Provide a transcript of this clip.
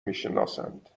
میشناسند